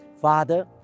Father